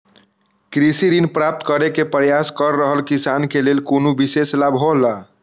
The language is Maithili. कृषि ऋण प्राप्त करे के प्रयास कर रहल किसान के लेल कुनु विशेष लाभ हौला?